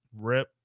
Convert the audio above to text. Rip